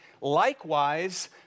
Likewise